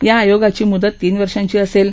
या आयोगाची म्दत तीन वर्षांची असेल